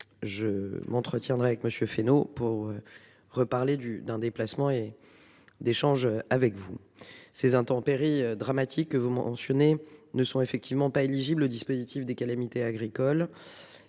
je m'entretiendrai avec monsieur Fesneau pour. Reparler du d'un déplacement et. D'échanges avec vous ces intempéries dramatiques que vous mentionnez ne sont effectivement pas éligible au dispositif des calamités agricoles.